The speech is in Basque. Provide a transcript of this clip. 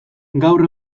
gaur